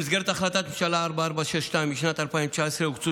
במסגרת החלטת ממשלה 4462 משנת 2019 הוקצו